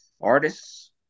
artists